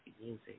music